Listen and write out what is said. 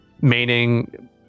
meaning